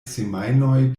semajnoj